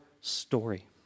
story